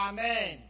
Amen